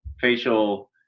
facial